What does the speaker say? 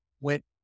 went